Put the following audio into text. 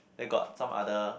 then got some other